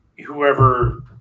whoever